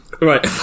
Right